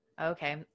Okay